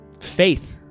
faith